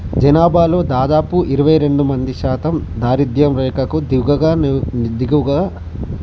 జనాభాలో దాదాపు ఇరవై రెండు మంది శాతం దారిద్యం రేఖకు దిగుగా దిగువగా